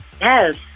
Yes